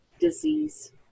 disease